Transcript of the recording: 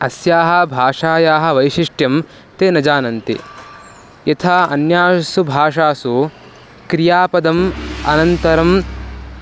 अस्याः भाषायाः वैशिष्ट्यं ते न जानन्ति यथा अन्यासु भाषासु क्रियापदम् अनन्तरं